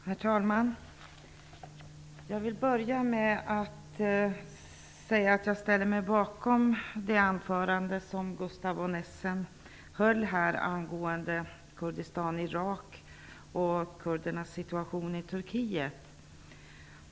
Herr talman! Jag vill börja med att ställa mig bakom Gustaf von Essens anförande angående Turkiet.